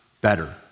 better